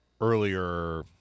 earlier